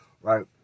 right